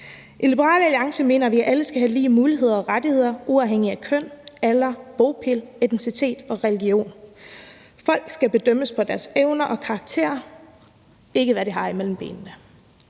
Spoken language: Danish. I Liberal Alliance mener vi, at alle skal have lige muligheder og rettigheder uafhængigt af køn, alder, bopæl, etnicitet og religion. Folk skal bedømmes på deres evner og karakterer og ikke, hvad de har imellem benene.